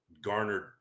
garnered